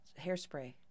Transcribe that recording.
hairspray